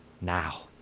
now